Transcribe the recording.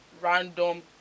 Random